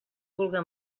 vulga